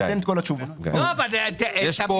יש פה